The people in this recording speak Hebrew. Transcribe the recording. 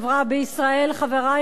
חברי חברי הכנסת,